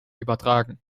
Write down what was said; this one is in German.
übertragen